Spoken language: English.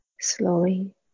Slowly